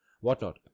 whatnot